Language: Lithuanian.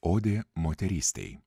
odė moterystei